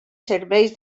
serveis